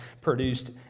produced